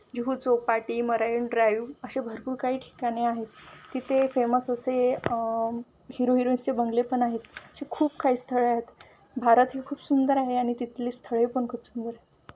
Juhu Chowpatty marine drive असे भरपूर काही ठिकाणे आहेत तिथे फेमस असे हिरो हिरोन्सचे बंगले पण आहेत असे खूप काही स्थळे आहेत भारत हे खूप सुंदर आहे आणि तिथली स्थळे पण खूप सुंदर